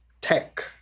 tech